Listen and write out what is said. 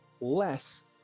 less